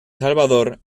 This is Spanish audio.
salvador